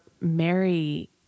Mary